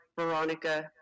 Veronica